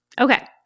Okay